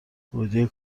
گودی